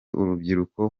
urubyiruko